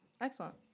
excellent